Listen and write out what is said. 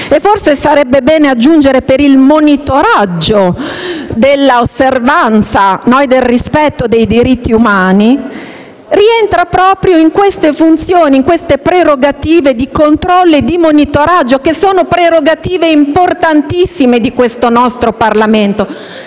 - forse sarebbe bene aggiungere «per il monitoraggio dell'osservanza e del rispetto dei diritti umani» - rientra proprio in queste funzioni, in queste prerogative di controllo e di monitoraggio, che sono prerogative importantissime del nostro Parlamento,